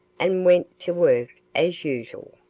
and went to work as usual.